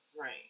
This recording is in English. Right